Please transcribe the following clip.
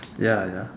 ya ya